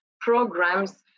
programs